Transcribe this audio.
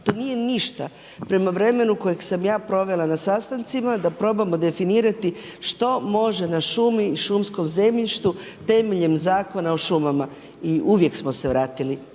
To nije ništa prema vremenu kojeg sam ja provela na sastancima da probamo definirati što može na šumi i šumskom zemljištu temeljem Zakona o šumama i uvijek smo se vratili